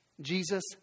Jesus